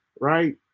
Right